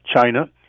China